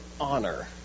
honor